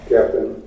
Captain